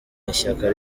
ishyaka